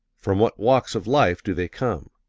from what walks of life do they come?